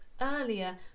earlier